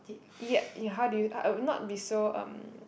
yeah yeah how do you uh not be so um